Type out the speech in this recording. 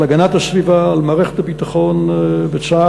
על הגנת הסביבה, על מערכת הביטחון וצה"ל